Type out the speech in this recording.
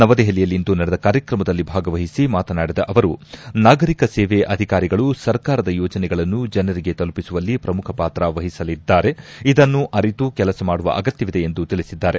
ನವದೆಹಲಿಯಲ್ಲಿಂದು ನಡೆದ ಕಾರ್ಯಕ್ರಮದಲ್ಲಿ ಭಾಗವಹಿಸಿ ಮಾತನಾಡಿದ ಅವರು ನಾಗರಿಕ ಸೇವೆ ಅಧಿಕಾರಿಗಳು ಸರ್ಕಾರದ ಯೋಜನೆಗಳನ್ನು ಜನರಿಗೆ ತಲುಪಿಸುವಲ್ಲಿ ಪ್ರಮುಖ ಪಾತ್ರ ವಹಿಸಲಿದ್ದಾರೆ ಇದನ್ನು ಅರಿತು ಕೆಲಸ ಮಾಡುವ ಅಗತ್ವವಿದೆ ಎಂದು ತಿಳಿಸಿದ್ದಾರೆ